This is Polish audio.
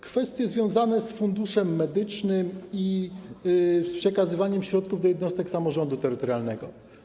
Kwestie związane z Funduszem Medycznym i przekazywaniem środków do jednostek samorządu terytorialnego.